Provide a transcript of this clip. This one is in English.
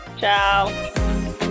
Ciao